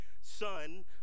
Son